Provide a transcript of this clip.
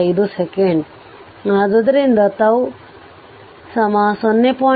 5 second ಆದ್ದರಿಂದ τ 0